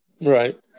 Right